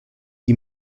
die